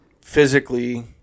physically